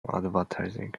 advertising